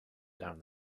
down